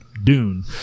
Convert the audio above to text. dune